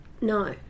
No